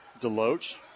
Deloach